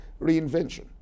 reinvention